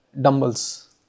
dumbbells